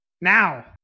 now